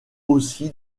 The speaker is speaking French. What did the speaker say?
aussi